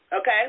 Okay